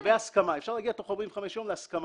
לגבי הסכמה אפשר להגיע תוך 45 יום להסכמה.